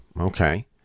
Okay